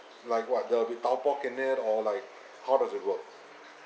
like what there will be tau pork in it or like how does it work